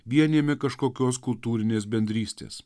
vienijami kažkokios kultūrinės bendrystės